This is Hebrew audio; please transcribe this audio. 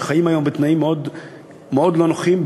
שחיות היום בתנאים מאוד לא נוחים,